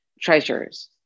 treasures